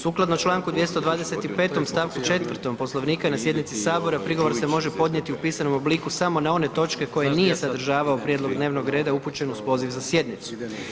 Sukladno čl. 225. st. 4. Poslovnika na sjednici HS prigovor se može podnijeti u pisanom obliku samo na one točke koje nije sadržavao prijedlog dnevnog reda upućen uz poziv za sjednicu.